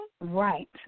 Right